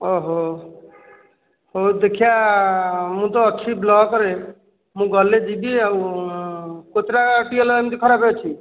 ଓ ହୋ ହଉ ଦେଖିଆ ମୁଁ ତ ଅଛି ବ୍ଲକ ରେ ମୁଁ ଗଲେ ଯିବି ଆଉ କେତେଟା ଟିୱେଲ ଏମିତି ଖରାପ ଅଛି